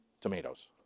tomatoes